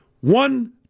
One